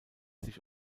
sich